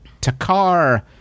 Takar